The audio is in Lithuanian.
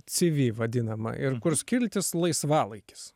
cv vadinamą ir kur skiltis laisvalaikis